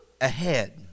ahead